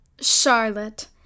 Charlotte